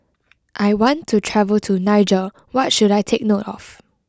I want to travel to Niger what should I take note of